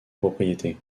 propriété